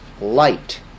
light